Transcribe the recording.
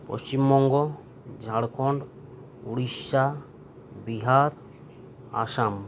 Paschim Banga Jharkhand Orissa Bihar Assam